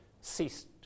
ceased